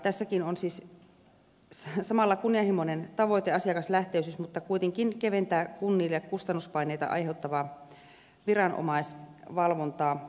tässäkin on samalla kunnianhimoinen tavoite asiakaslähtöisyys mutta kuitenkin myös kunnille kustannuspaineita aiheuttavan viranomaisvalvonnan keventäminen